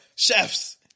Chefs